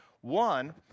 One